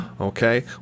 Okay